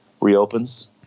reopens